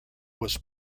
was